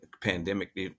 pandemic